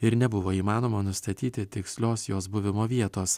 ir nebuvo įmanoma nustatyti tikslios jos buvimo vietos